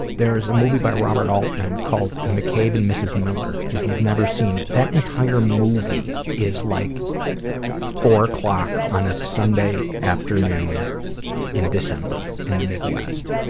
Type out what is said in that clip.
there is a movie by robert altman called mccabe and mrs. miller if you've never seen it. that entire movie is like four o'clock on a sunday afternoon in december in the mid-west,